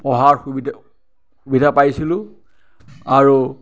পঢ়াৰ সুবিধা সুবিধা পাইছিলোঁ আৰু